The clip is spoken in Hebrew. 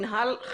מינהל,